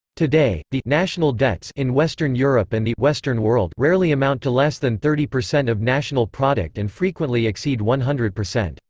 today, the national debts in western europe and the western world rarely amount to less than thirty percent of national product and frequently exceed one hundred percent.